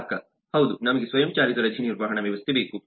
ಗ್ರಾಹಕ ಹೌದು ನಮಗೆ ಸ್ವಯಂಚಾಲಿತ ರಜೆ ನಿರ್ವಹಣಾ ವ್ಯವಸ್ಥೆ ಬೇಕು